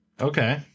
Okay